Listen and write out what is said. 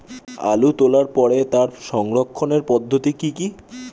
আলু তোলার পরে তার সংরক্ষণের পদ্ধতি কি কি?